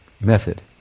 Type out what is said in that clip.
method